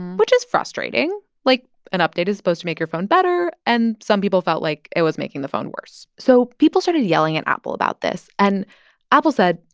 which is frustrating. like, an update is supposed to make your phone better. and some people felt like it was making the phone worse. so people started yelling at apple about this. and apple said,